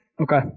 Okay